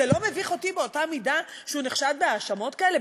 זה לא מביך אותי באותה מידה שהוא נחשד בהאשמות כאלה,